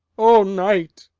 o night,